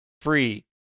free